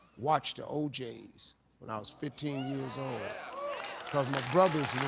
watched the oj's when i was fifteen years old cause my brothers went.